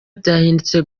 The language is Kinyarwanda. byahindutse